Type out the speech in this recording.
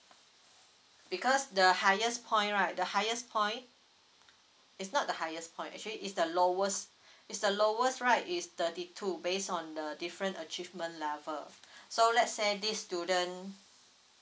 because the highest point right the highest point is not the highest point actually is the lowest is the lowest right is thirty two based on the different achievement level so let's say this student